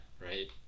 right